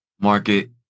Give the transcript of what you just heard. market